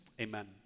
Amen